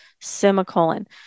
semicolon